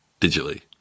digitally